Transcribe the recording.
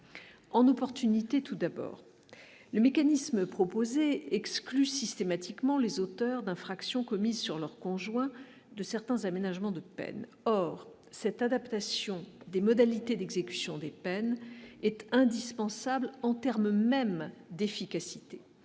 en opportunité tout d'abord le mécanisme proposé exclut systématiquement les auteurs d'infractions commises sur leur conjoint de certains aménagements de or cette adaptation des modalités d'exécution des peines est indispensable en termes même d'efficacité,